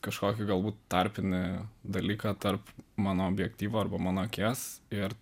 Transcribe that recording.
kažkokį galbūt tarpinį dalyką tarp mano objektyvo arba mano akies ir